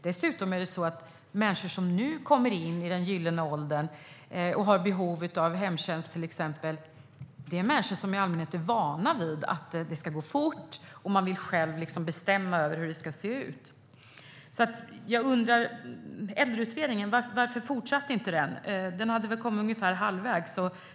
Dessutom är människor som nu kommer in i den gyllene åldern och som har behov av hemtjänst, till exempel, människor som i allmänhet är vana vid att det ska gå fort, och de vill själva bestämma över hur det ska se ut. Jag undrar: Varför fortsatte inte Äldreutredningen? Den hade väl kommit ungefär halvvägs.